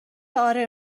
اره